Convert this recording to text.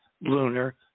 lunar